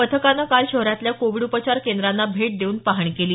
पथकानं काल शहरातल्या कोविड उपचार केंद्रांना भेट देऊन पाहणी केली